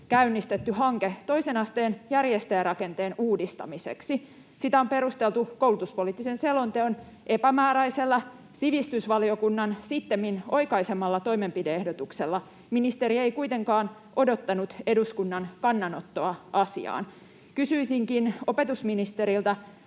käynnistetty hanke toisen asteen järjestäjärakenteen uudistamiseksi. Sitä on perusteltu koulutuspoliittisen selonteon epämääräisellä, sivistysvaliokunnan sittemmin oikaisemalla toimenpide-ehdotuksella. Ministeriö ei kuitenkaan odottanut eduskunnan kannanottoa asiaan. Kysyisinkin opetusministeriltä: